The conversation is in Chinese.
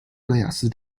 戈亚斯